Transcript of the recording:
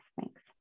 Thanks